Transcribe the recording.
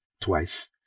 twice